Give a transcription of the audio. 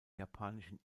japanischen